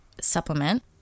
supplement